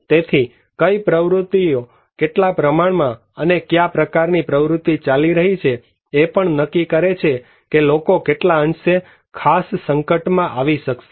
તેથી કઈ પ્રવૃત્તિઓ કેટલા પ્રમાણમાં અને કયા પ્રકારની પ્રવૃત્તિ ચાલી રહી છે એ પણ નક્કી કરે છે કે લોકો કેટલા અંશે કોઈ ખાસ સંકટમાં આવી શકશે